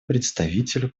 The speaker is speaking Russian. представителю